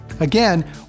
Again